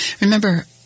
remember